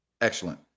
Excellent